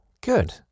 Good